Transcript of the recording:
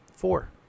Four